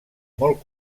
molt